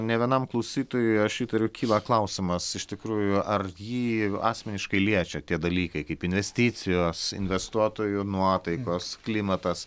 ne vienam klausytojui aš įtariu kyla klausimas iš tikrųjų ar jį asmeniškai liečia tie dalykai kaip investicijos investuotojų nuotaikos klimatas